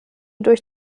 durch